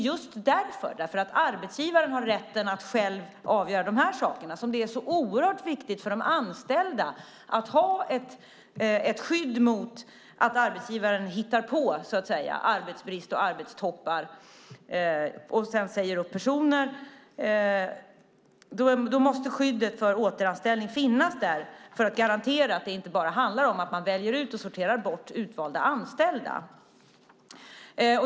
Just därför att arbetsgivaren har rätten att själv avgöra detta är det så oerhört viktigt för de anställda att ha ett skydd mot att arbetsgivaren "hittar på" arbetsbrist och arbetstoppar och säger upp personer. Då måste skyddet för återanställning finnas där för att garantera att det inte bara handlar om att man sorterar bort utvalda anställda.